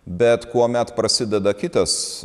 bet kuomet prasideda kitas